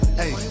hey